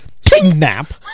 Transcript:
snap